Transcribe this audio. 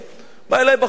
בא אלי בחור צעיר.